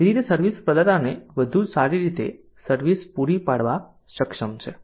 તેથી તે સર્વિસ પ્રદાતાને વધુ સારી રીતે સર્વિસ પૂરી પાડવા સક્ષમ છે